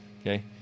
okay